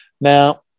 Now